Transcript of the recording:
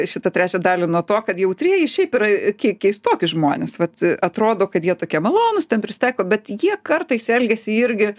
šitą trečią dalį nuo to kad jautrieji šiaip yra kei keistoki žmonės vat atrodo kad jie tokie malonūs ten prisitaiko bet jie kartais elgiasi irgi